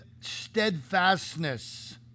steadfastness